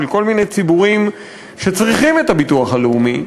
של כל מיני ציבורים שצריכים את הביטוח הלאומי,